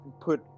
put